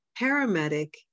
paramedic